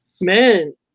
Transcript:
Man